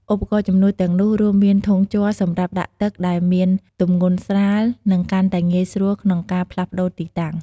ឧបករណ៍ជំនួសទាំងនោះរួមមានធុងជ័រសម្រាប់ដាក់ទឹក ដែលមានទម្ងន់ស្រាល និងកាន់តែងាយស្រួលក្នុងការផ្លាស់ប្ដូរទីតាំង។